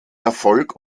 erfolg